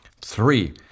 Three